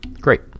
Great